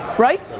right?